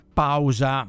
pausa